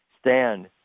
stand